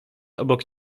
obok